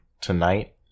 tonight